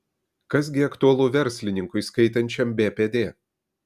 kas gi aktualu verslininkui skaitančiam bpd